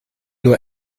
nur